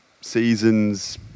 seasons